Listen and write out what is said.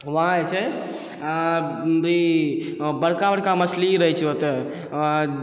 वहाँ जे छै बड़का बड़का मछली रहै छै ओतऽ